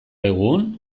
egun